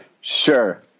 Sure